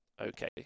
Okay